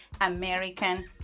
American